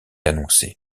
annoncé